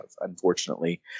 unfortunately